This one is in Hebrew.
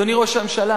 אדוני ראש הממשלה,